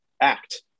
act